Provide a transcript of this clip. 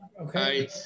okay